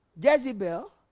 jezebel